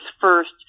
first